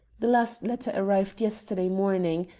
the last letter arrived yesterday morning.